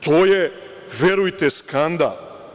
To je, verujte, skandal.